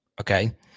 Okay